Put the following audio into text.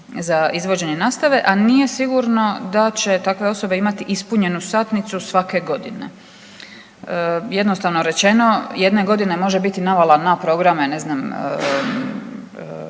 za izvođenje nastave, a nije sigurno da će takve osobe imati ispunjenu satnicu svake godine. Jednostavno rečeno jedne godine može biti navala na programe ne znam